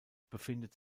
befindet